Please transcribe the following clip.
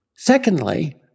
Secondly